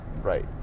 right